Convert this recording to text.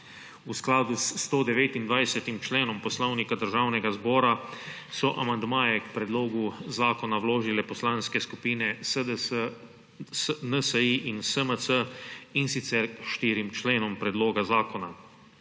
V skladu s 129. členom Poslovnika Državnega zbora so amandmaje k predlogu zakona vložile poslanske skupine SDS, NSi in SMC, in sicer k štirim členom predloga zakona.